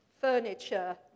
furniture